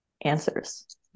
answers